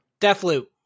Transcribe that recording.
Deathloop